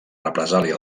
represàlia